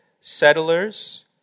settlers